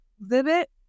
exhibit